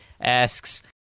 asks